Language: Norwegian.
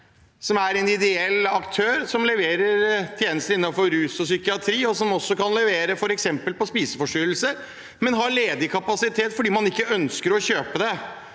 som er en ideell aktør som leverer tjenester innenfor rus og psykiatri, og som også kan levere tjenester f.eks. når det gjelder spiseforstyrrelser, men som har ledig kapasitet fordi man ikke ønsker å kjøpe dem.